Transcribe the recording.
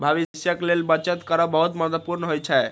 भविष्यक लेल बचत करब बहुत महत्वपूर्ण होइ छै